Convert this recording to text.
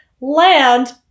land